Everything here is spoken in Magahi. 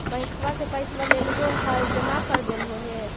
बैंकवा से पैसवा लेलहो है जमा कर देलहो हे?